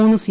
മൂന്ന് സി